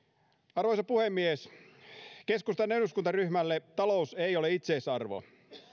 arvoisa puhemies keskustan eduskuntaryhmälle talous ei ole itseisarvo